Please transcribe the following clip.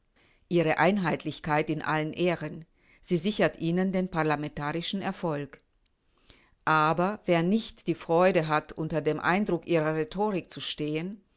ihre einheitlichkeit in allen ehren sie sichert ihnen den rlam erfolg aber wer nicht die freude hat unter dem eindruck ihrer rhetorik zu stehen